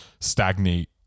stagnate